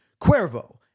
Cuervo